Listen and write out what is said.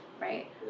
right